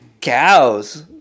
cows